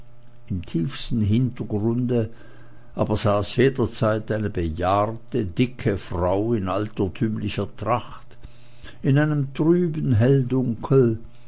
im tiefsten hintergrunde aber saß jederzeit eine bejahrte dicke frau in altertümlicher tracht in einem trüben helldunkel